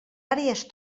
àrees